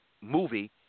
movie